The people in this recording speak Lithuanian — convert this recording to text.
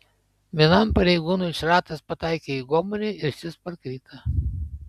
vienam pareigūnui šratas pataikė į gomurį ir šis parkrito